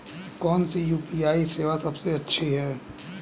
कौन सी यू.पी.आई सेवा सबसे अच्छी है?